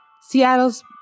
Seattle's